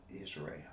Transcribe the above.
Israel